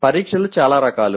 పరీక్షలు చాలా రకాలు